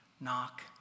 knock